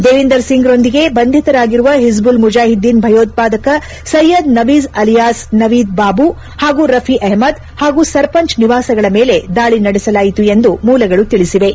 ದೇವಿಂದರ್ ಸಿಂಗ್ ನೊಂದಿಗೆ ಬಂಧಿತರಾಗಿರುವ ಹಿಜುಬುಲ್ ಮುಜಾಹಿದ್ದೀನ್ ಭಯೋತ್ವಾದಕ ಸ್ನೆಯದ್ ನವೀಜ್ ಆಲಿಯಾಸ್ ನವೀದ್ ಬಾಬು ಹಾಗೂ ರಫಿ ಅಹ್ಲದ್ ಹಾಗೂ ಸರಪಂಚ್ ನಿವಾಸಗಳ ಮೇಲೆ ದಾಳಿ ನಡೆಸಲಾಯಿತು ಎಂದು ಮೂಲಗಳು ತಿಳಿಸಿವೆ